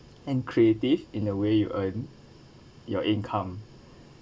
and creative in the way you earn your income